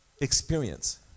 experience